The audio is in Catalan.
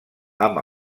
amb